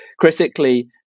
Critically